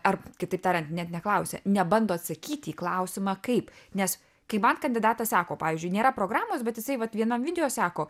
ar kitaip tariant net neklausia nebando atsakyti į klausimą kaip nes kai man kandidatas sako pavyzdžiui nėra programos bet jisai vat vienam video sako